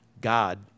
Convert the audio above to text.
God